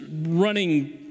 running